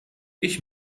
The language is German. ich